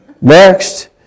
Next